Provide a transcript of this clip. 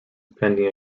pending